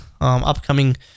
upcoming